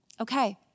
okay